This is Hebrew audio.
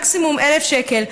מקסימום 1,000 שקל?